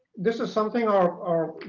this is something our our